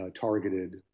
targeted